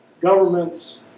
governments